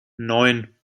neun